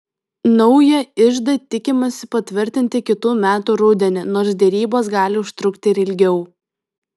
naują iždą tikimasi patvirtinti kitų metų rudenį nors derybos gali užtrukti ir ilgiau